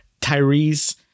Tyrese